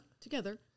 together